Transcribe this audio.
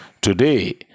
Today